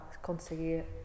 conseguir